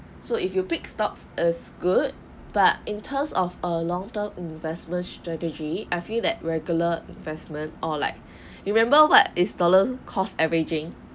so if you pick stocks as good but in terms of a long term investment strategy I feel that regular investment or like you remember what is dollar cost averaging